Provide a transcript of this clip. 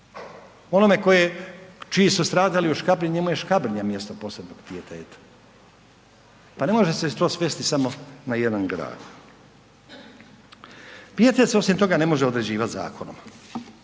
Onome čiji su stradali u Škabrnji njemu je Škabrnja mjesto posebnog pijeteta. Pa ne može se to svesti samo na jedan grad. Pijetet se osim toga ne može određivati zakonom.